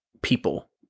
people